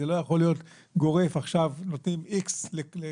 זה לא יכול להיות גורף: עכשיו נותנים X לכולם.